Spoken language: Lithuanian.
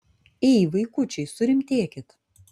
ei vaikučiai surimtėkit